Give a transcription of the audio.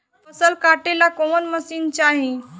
फसल काटेला कौन मशीन चाही?